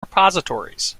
repositories